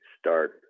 start